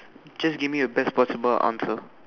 just give me a best possible answer